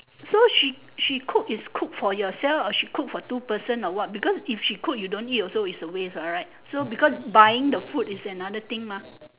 so she she cook is cook for yourself or she cook for two person or what because if she cook and you don't eat also a waste right so because buying the food is another thing mah